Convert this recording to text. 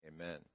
Amen